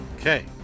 Okay